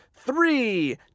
Three